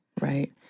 Right